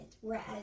whereas